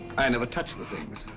i never touch the things.